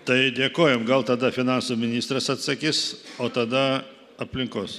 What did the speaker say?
tai dėkojam gal tada finansų ministras atsakys o tada aplinkos